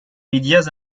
médias